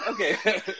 Okay